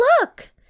look